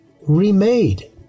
remade